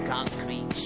Concrete